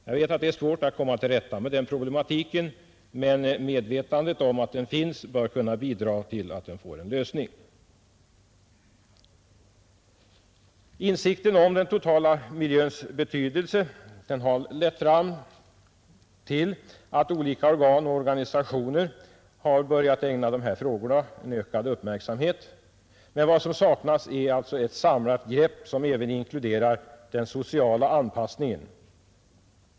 Jag vet att det är svårt att komma till rätta med den problematiken, men medvetandet om att den finns bör kunna bidra till att den får en lösning. Insikten om den totala miljöns betydelse har lett fram till att olika organ och organisationer har börjat ägna dessa frågor ökad uppmärksamhet. Men vad som saknas är alltså ett samlat grepp som även inkluderar den sociala anpassningen.